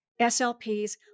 SLPs